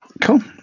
Cool